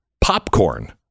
popcorn